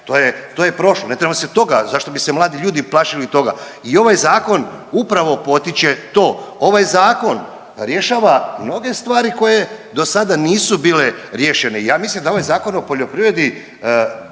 to je prošlo. Ne trebamo se toga. Zašto bi se mladi ljudi plašili toga. I ovaj zakon upravo potiče to. Ovaj zakon rješava mnoge stvari koje do sada nisu bile riješene. I ja mislim da ovaj Zakon o poljoprivredi